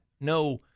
No